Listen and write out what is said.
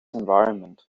environment